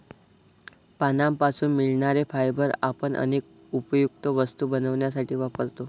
पानांपासून मिळणारे फायबर आपण अनेक उपयुक्त वस्तू बनवण्यासाठी वापरतो